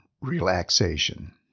relaxation